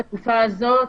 בתקופה הזו,